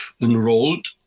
enrolled